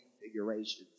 configurations